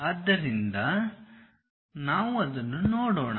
ಆದ್ದರಿಂದ ನಾವು ಅದನ್ನು ನೋಡೋಣ